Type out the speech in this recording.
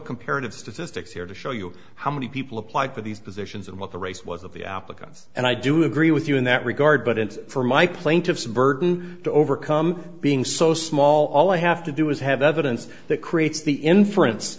comparative statistics here to show you how many people apply for these positions and what the race was of the applicants and i do agree with you in that regard but it's for my plaintiffs the burden to overcome being so small all i have to do is have the evidence that creates the inference